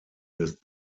des